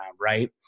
right